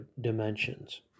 dimensions